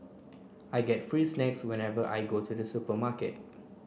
I get free snacks whenever I go to the supermarket